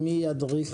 מי ידריך?